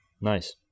Nice